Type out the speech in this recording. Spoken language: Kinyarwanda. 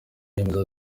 yemeza